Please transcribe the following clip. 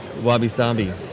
Wabi-sabi